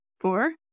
four